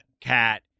cat